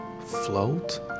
float